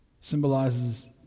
symbolizes